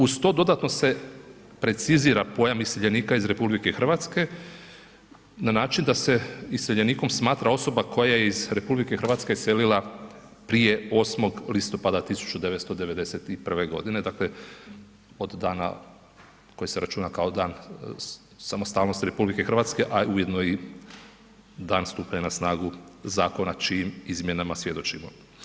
Uz to dodatno se precizira pojam iseljenika iz RH na način da se iseljenikom smatra osoba koja je iz RH selila prije 8. listopada 1991. godine, dakle od dana koji se računa kao dan samostalnosti RH, a ujedno je i dan stupanja na snagu zakona čijim izmjenama svjedočimo.